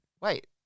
wait